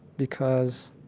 because